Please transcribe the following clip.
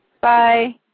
Bye